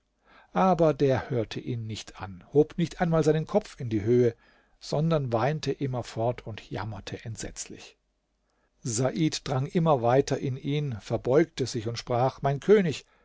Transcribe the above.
aber der hörte ihn nicht an hob nicht einmal seinen kopf in die höhe sondern weinte immerfort und jammerte entsetzlich said drang immer weiter in ihn verbeugte sich und sprach mein könig